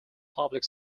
public